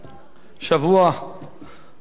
השבוע ראינו